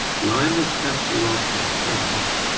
blindness cuts you off from things,